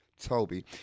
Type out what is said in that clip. Toby